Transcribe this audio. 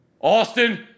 Austin